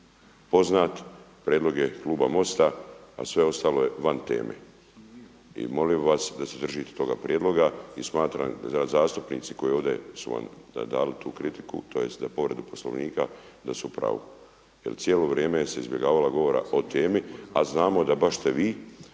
poznat, prijedlog je kluba MOST-a a sve ostalo je van teme i molio bih vas da se držite toga prijedloga. I smatram da zastupnici koji su ovdje vam dali tu kritiku, tj. za povredu Poslovnika da su u pravu jer cijelo vrijeme se izbjegavala govora o temi, a znamo da baš ste vi